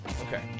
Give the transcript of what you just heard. Okay